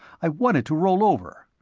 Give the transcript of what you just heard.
i wanted to roll over.